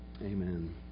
amen